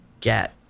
get